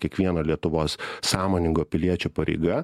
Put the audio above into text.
kiekvieno lietuvos sąmoningo piliečio pareiga